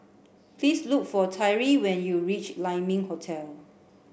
please look for Tyree when you reach Lai Ming Hotel